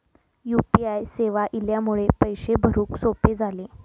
U P I सेवा इल्यामुळे पैशे भरुक सोपे झाले